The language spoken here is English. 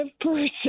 person